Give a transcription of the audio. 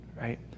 right